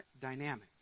dynamic